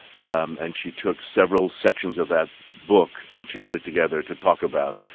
um and she took several sections of that book, and she put it together to talk about